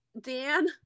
Dan